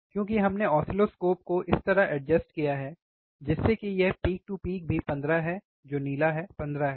क्योंकि हमने ऑसिलोस्कोप को इस तरह एडजस्ट किया है जिस से कि यह पीक टू पीक भी 15 है जो नीला है 15 है